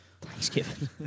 Thanksgiving